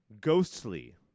ghostly